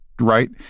right